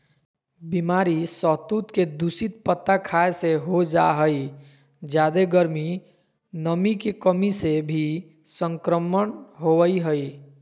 बीमारी सहतूत के दूषित पत्ता खाय से हो जा हई जादे गर्मी, नमी के कमी से भी संक्रमण होवई हई